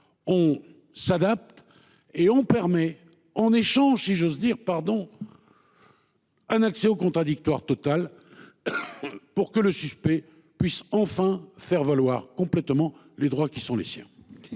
nous adaptons et nous permettons en échange, si j'ose dire, un accès total au contradictoire pour que le suspect puisse enfin faire valoir complètement les droits qui sont les siens.